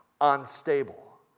unstable